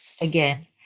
again